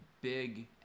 big